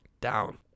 down